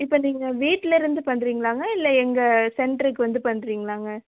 இப்போ நீங்கள் வீட்டில் இருந்து பண்ணுறிங்கலாங்க இல்லை எங்கள் சென்ட்ருக்கு வந்து பண்ணுறிங்கலாங்க